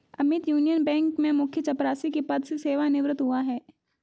Amit union bank में मुख्य चपरासी के पद से सेवानिवृत हुआ है